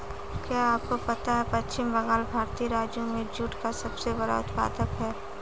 क्या आपको पता है पश्चिम बंगाल भारतीय राज्यों में जूट का सबसे बड़ा उत्पादक है?